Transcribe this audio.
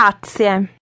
Grazie